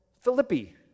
Philippi